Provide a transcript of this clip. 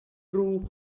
true